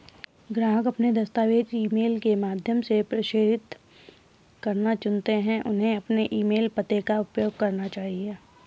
ग्राहक अपने दस्तावेज़ ईमेल के माध्यम से प्रेषित करना चुनते है, उन्हें अपने ईमेल पते का उपयोग करना चाहिए